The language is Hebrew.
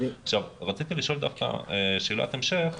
רציתי לשאול שאלת המשך,